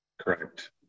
Correct